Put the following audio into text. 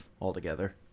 altogether